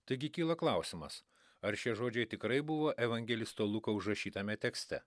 taigi kyla klausimas ar šie žodžiai tikrai buvo evangelisto luko užrašytame tekste